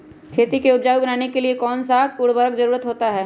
खेती को उपजाऊ बनाने के लिए कौन कौन सा उर्वरक जरुरत होता हैं?